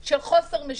של חוסר משילות,